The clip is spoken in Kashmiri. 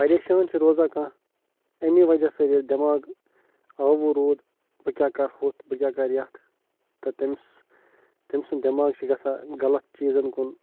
پریشان چھِ روزان کانٛہہ اَمی وجہ سۭتۍ ییٚلہِ دٮ۪ماغ آوُر روٗد بہٕ کیٛاہ کَرٕ ہُتھ بہٕ کیٛاہ کَرٕ یَتھ تہٕ تٔمِس تٔمۍ سُنٛد دٮ۪ماغ چھِ گَژھان غلط چیٖزن کُن